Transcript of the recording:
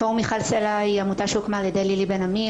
פורום מיכל סלה הוא עמותה שהוקמה על ידי לילי בן-עמי,